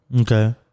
Okay